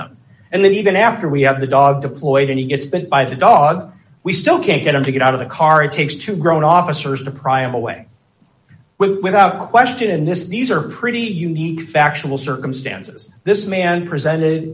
them and then even after we have the dog deployed and he gets bit by the dog we still can't get him to get out of the car it takes two grown officers to pry him away without question in this these are pretty unique factual circumstances this man presented